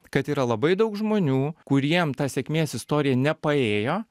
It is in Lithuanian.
kad yra labai daug žmonių kuriem ta sėkmės istorija nepaėjo